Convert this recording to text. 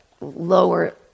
lower